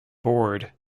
board